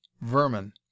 vermin